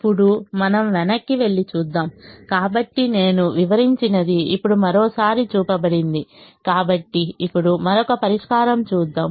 ఇప్పుడు మనం వెనక్కి వెళ్లి చూద్దాం కాబట్టి నేను వివరించినది ఇప్పుడు మరోసారి చూపబడింది కాబట్టి ఇప్పుడు మరొక పరిష్కారం చూద్దాం